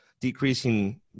decreasing